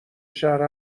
شهر